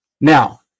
Now